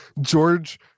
George